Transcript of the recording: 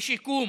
בשיקום